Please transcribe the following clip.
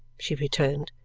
she returned.